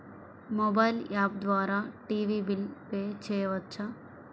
Mobile app ద్వారా TV bill pay చేయవచ్చా?